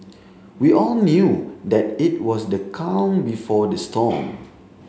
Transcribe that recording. we all knew that it was the calm before the storm